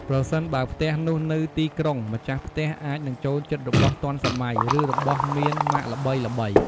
ប្រសិនបើផ្ទះនោះនៅទីក្រុងម្ចាស់ផ្ទះអាចនឹងចូលចិត្តរបស់ទាន់សម័យ ឬរបស់មានម៉ាកល្បីៗ។